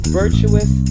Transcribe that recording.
virtuous